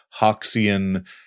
Hoxian